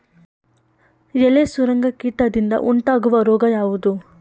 ಎಲೆ ಸುರಂಗ ಕೀಟದಿಂದ ಉಂಟಾಗುವ ರೋಗ ಯಾವುದು?